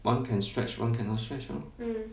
one can stretch one cannot stretch lor